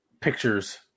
pictures